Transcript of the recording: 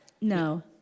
no